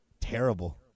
Terrible